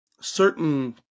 certain